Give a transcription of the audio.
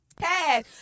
Hey